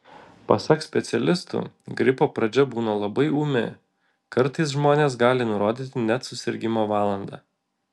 pasak specialistų gripo pradžia būna labai ūmi kartais žmonės gali nurodyti net susirgimo valandą